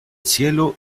cielo